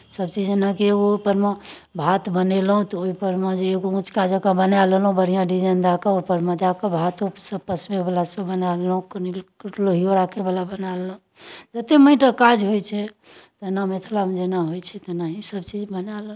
सभचीज जेनाकि एगो ऊपरमे भात बनेलहुँ तऽ ओहिपर मे जे एगो ऊँचका जँका बना लेलहुँ बढ़िआँ डिजाइन दऽ कऽ ओहिपर मे दऽ कऽ भातसभ पसबयवला सभ बना लेलहुँ लोहिओ राखयवला बना लेलहुँ जतेक माटिक काज होइ छै एनऽ मिथिलामे जेना होइ छै तेनाही सभचीज बना लेलहुँ